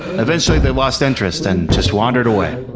eventually, they lost interest and just wandered away.